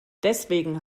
deswegen